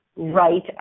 right